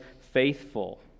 faithful